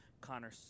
Connor